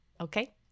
Okay